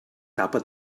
tapa